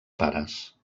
pares